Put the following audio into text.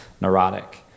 neurotic